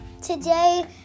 today